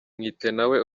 mwitenawe